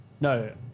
No